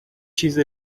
چیز